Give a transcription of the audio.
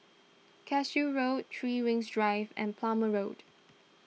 Cashew Road three Rings Drive and Plumer Road